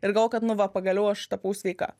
ir galvoju kad nu va pagaliau aš tapau sveika